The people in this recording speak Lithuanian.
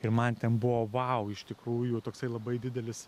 ir man ten buvo vau iš tikrųjų toksai labai didelis